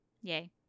yay